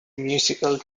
musical